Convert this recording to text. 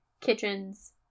kitchens